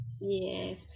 Yes